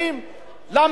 אף שהם עובדים,